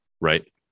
Right